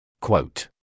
Quote